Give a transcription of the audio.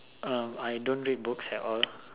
I don't read books at all